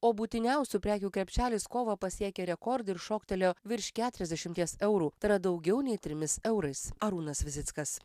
o būtiniausių prekių krepšelis kovą pasiekė rekordą ir šoktelėjo virš keturiasdešimties eurų tai yra daugiau nei trimis eurais arūnas vizickas